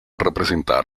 representar